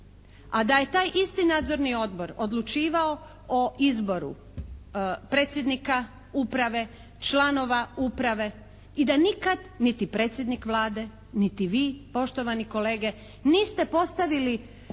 a da je taj isti Nadzorni odbor odlučivao o izboru predsjednika uprave, članova uprave i da nikad niti predsjednik Vlade niti vi poštovani kolege niste postavili